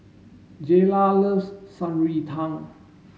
Jayla loves Shan Rui Tang